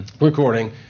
recording